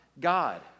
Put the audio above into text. God